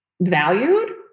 valued